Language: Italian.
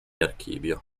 archivio